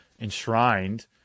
enshrined